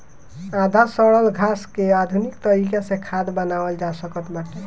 आधा सड़ल घास के आधुनिक तरीका से खाद बनावल जा सकत बाटे